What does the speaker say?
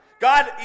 God